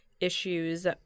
issues